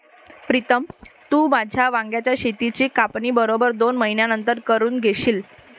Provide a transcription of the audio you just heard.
प्रीतम, तू तुझ्या वांग्याच शेताची कापणी बरोबर दोन महिन्यांनंतर करून घेशील